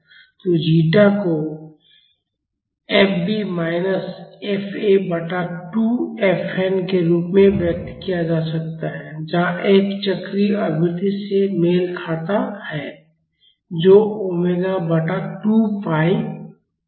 तो जीटा को FB minus FA बटा 2 fn के रूप में व्यक्त किया जा सकता है जहां f चक्रीय आवृत्ति से मेल खाता है जो ओमेगा बटा 2 पाई है